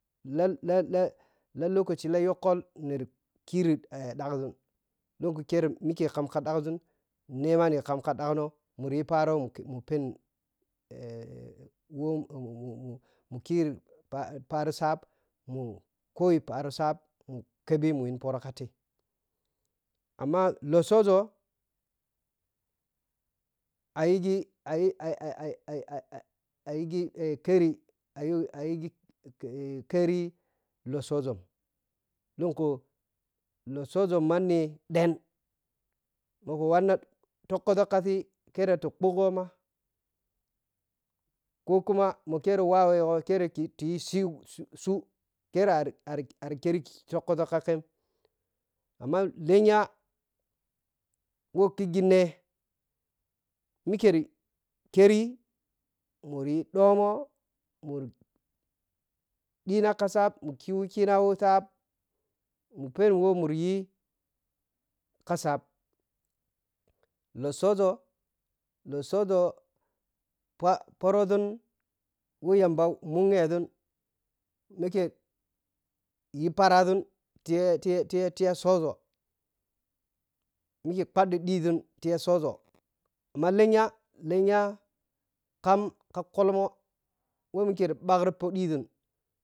Lalala lokaci la yhukol niri ki ɗhag ȝun lunku kere mikye kam ka ɗhag ȝum nema ni kam ka ɗhag no muri yi pharo mu pheni wo mumu mukiri phari shap mu koji pharo shap mu kheɓin muyi pho ro ka tei amma lotshoȝa ayighi ai-ai-ai-ai ayighi their lotshoȝun lunkhu lotshoȝo manni ɗen mo ku wanna takkɔȝuk kashi ke ti ɓhughoma ko kuma makire wawɛ gho kere tayi tuw keretaj. Tou kere a-ari keri kukkɔȝuk amma lenya wo khighi ne mikyerikeri mu riyi ɗhommoh muri ɗhina ka saap mu ki wikina ka saap mu sheni wɛ muri yi ka saap lotsooȝo totsooȝo pa phonoȝun we yamba munghȝun mike yi pharaȝun tiyatiyatiya tsooȝo mike phaɗhiɗiȝun tiya tsooȝ ma lenya lenya kam ka khɔlmoh wo mike ni ɓhakrina phgɗizun.